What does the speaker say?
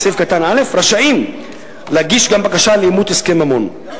סעיף קטן (א) רשאים להגיש גם בקשה לאימות הסכם ממון.